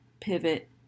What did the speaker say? pivot